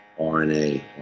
rna